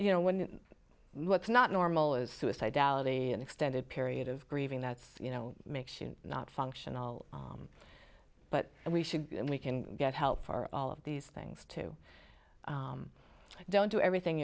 you know when it's not normal is suicidality an extended period of grieving that's you know makes you not functional but we should and we can get help for all of these things too don't do everything